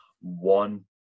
one